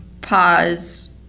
pause